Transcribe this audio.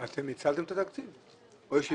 אתם ניצלתם את התקציב או יש יתרה?